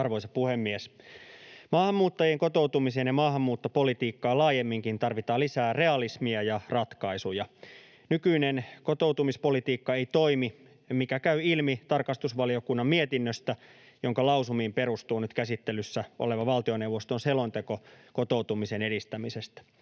Arvoisa puhemies! Maahanmuuttajien kotoutumiseen ja maahanmuuttopolitiikkaan laajemminkin tarvitaan lisää realismia ja ratkaisuja. Nykyinen kotoutumispolitiikka ei toimi, mikä käy ilmi tarkastusvaliokunnan mietinnöstä, jonka lausumiin perustuu nyt käsittelyssä oleva valtioneuvoston selonteko kotoutumisen edistämisestä.